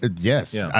Yes